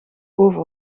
boven